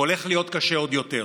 והוא הולך להיות קשה עוד יותר